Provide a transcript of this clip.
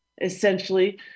essentially